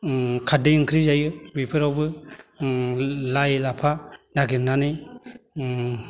खारदै ओंख्रि जायो बेफोरावबो लाइ लाफा नागिरनानै